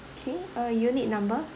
okay uh unit number